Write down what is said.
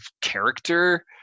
character